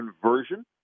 conversion